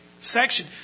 section